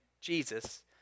Jesus